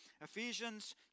Ephesians